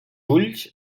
ulls